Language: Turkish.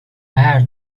eğer